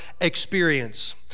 experience